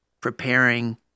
preparing